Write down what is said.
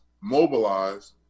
mobilize